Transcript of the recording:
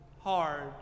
hard